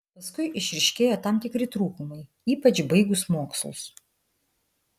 paskui išryškėjo tam tikri trūkumai ypač baigus mokslus